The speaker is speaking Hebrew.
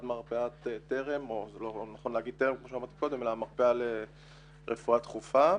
אחד מרפאת טרם או נכון לומר מרפאה לרפואה דחופה,